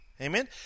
amen